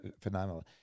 phenomenal